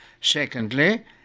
Secondly